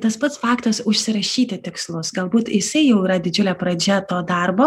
tas pats faktas užsirašyti tikslus galbūt jisai jau yra didžiulė pradžia to darbo